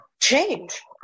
change